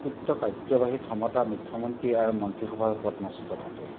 প্ৰকৃত কাৰ্যবাহী ক্ষমতা মুখ্যমন্ত্ৰী আৰু মন্ত্ৰীসভাৰ ওপৰত ন্যস্ত থাকে